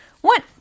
One